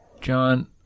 John